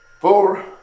four